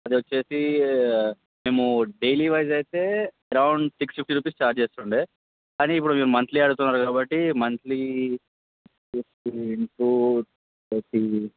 అది వచ్చి మేము డైలీ వైజ్ అయితే around six fifty rupees charge చేస్తుండే కానీ ఇప్పుడు మీరు మంత్లీ అడుగుతున్నారు కాబట్టి మంత్లీ టూ ఇంటు థర్టీ